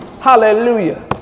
Hallelujah